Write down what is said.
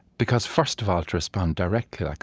because first of all, to respond directly, like